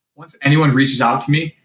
once anyone reaches out to me,